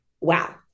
Wow